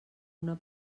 una